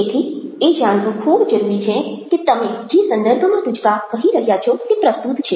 તેથી એ જાણવું ખૂબ જરૂરી છે કે તમે જે સંદર્ભમાં ટૂચકા કહી રહ્યા છો તે પ્રસ્તુત છે